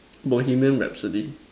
Bohemian Rhapsody